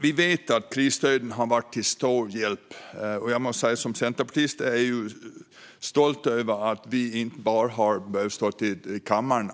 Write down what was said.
Vi vet att krisstöden har varit till stor hjälp. Som centerpartist är jag stolt över att vi inte bara har stått i kammaren